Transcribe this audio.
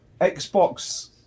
Xbox